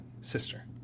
sister